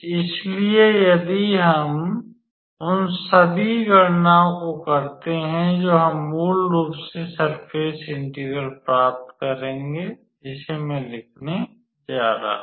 इसलिए यदि हम उन सभी गणनाओं को करते हैं तो हम मूल रूप से सर्फ़ेस इंटेग्रल प्राप्त करेंगे जिसे मैं लिखने जा रहा हूं